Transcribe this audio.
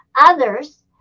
others